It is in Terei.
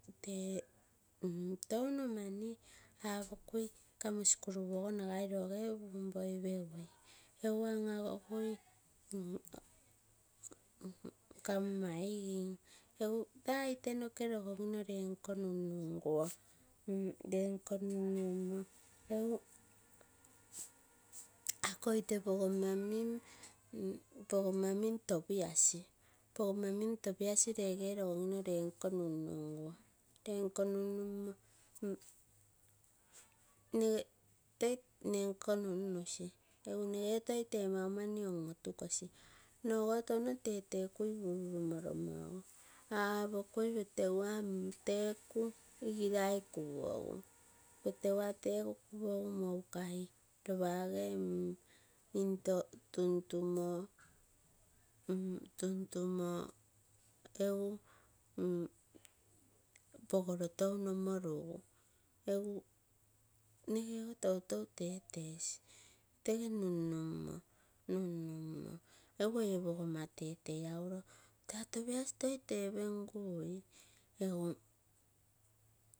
Tee touno mani apokui kamo skul ogo nagai roge pupum poi pegui, ropa apokui kamo maigim taa ite noke rogomino nere nko nunuguo lenko nun numoo egu akoi ite pogoma-pogoma mim topias, pogoma mim topias lenko rogogino lee nko nun nungui, lee nkoo nun numo toi nneko nun nusi, egu nope toi tee mauman on ontukosi. Nno ogo touno teekai pururulo. Apokui petega teku igai kepoga. Petegateku kupogu moukai ropa egei into tuntumo egu pogoro touno monepu. Egu nnepo toutou teetesi tege nun numoo, egu ei pogoma tetei apuno toi tepengu uro nunnusi.